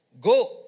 Go